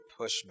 pushback